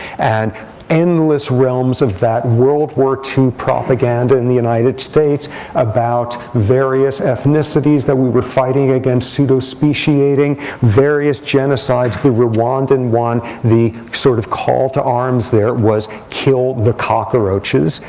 and endless realms of that world war ii propaganda in the united states about various ethnicities that we were fighting against pseudo speciating, various genocides, the rwandan one. the sort of call to arms there was kill the cockroaches,